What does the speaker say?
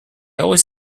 always